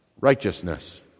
righteousness